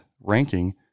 ranking